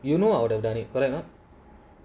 you know I would have done it correct or not